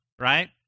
right